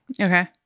Okay